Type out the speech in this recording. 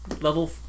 level